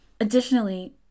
Additionally